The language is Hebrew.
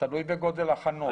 תלוי בגודל החנות.